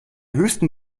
höchsten